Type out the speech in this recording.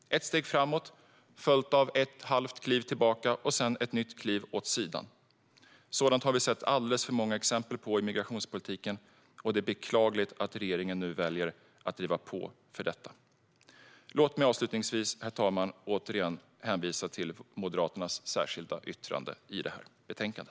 Ett steg framåt följs av ett halvt kliv tillbaka och sedan ett nytt kliv åt sidan. Sådant har vi sett alldeles för många exempel på i migrationspolitiken, och det är beklagligt att regeringen nu väljer att driva på för detta. Herr talman! Jag hänvisar återigen till Moderaternas särskilda yttrande i detta betänkande.